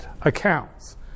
accounts